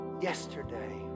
yesterday